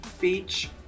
Beach